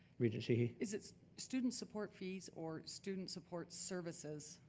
regent sheehy? is it student support fees or student support services?